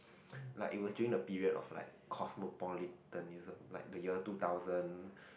like he was doing the period of like cosmopolitanism like the year two thousand